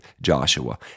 Joshua